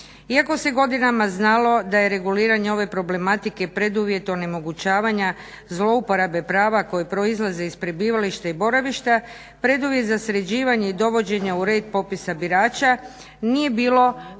Iako se godinama znalo da je reguliranje ove problematike preduvjet onemogućavanja zlouporabe prava koja proizlaze iz prebivališta i boravišta, preduvjet za sređivanje dovođenja u red popisa birača nije bilo